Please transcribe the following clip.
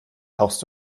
tauchst